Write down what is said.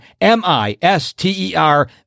M-I-S-T-E-R